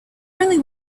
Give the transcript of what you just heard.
only